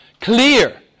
clear